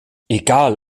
egal